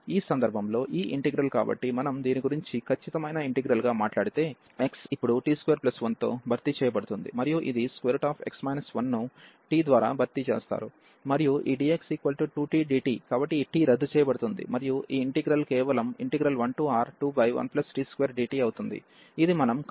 ఈ సందర్భంలో ఈ ఇంటిగ్రల్ కాబట్టి మనం దీని గురించి ఖచ్చితమైన ఇంటిగ్రల్ గా మాట్లాడితే x ఇప్పుడు t21తో భర్తీ చేయబడుతుంది మరియు ఇది x 1 ను t ద్వారా భర్తీ చేస్తారు మరియు ఈ dx2t dt కాబట్టి ఈ t రద్దు చేయబడుతుంది మరియు ఈ ఇంటిగ్రల్ కేవలం 1R21t2dt అవుతుంది ఇది మనం కన్వెర్జెన్స్ చేయవచ్చు